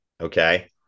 okay